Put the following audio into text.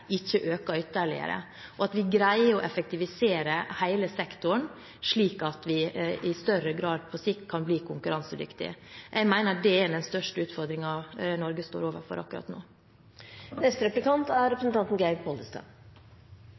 ikke øker ytterligere, og at vi greier å effektivisere hele sektoren, slik at vi på sikt i større grad kan bli konkurransedyktige. Jeg mener at det er den største utfordringen Norge står overfor akkurat nå. En god og rettferdig konkurranse i meierisektoren er